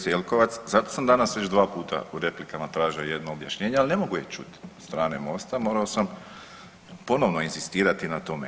Kolegice Jelkovac zato sam danas već 2 puta u replikama tražio jedno objašnjenje ali ne mogu ih čuti od strane MOST-a morao sam ponovno inzistirati na tome.